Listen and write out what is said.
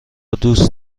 دوست